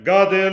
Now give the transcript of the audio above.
God